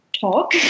talk